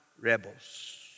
rebels